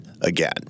again